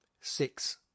Six